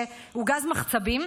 שהוא גז מחצבים.